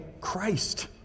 Christ